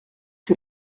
que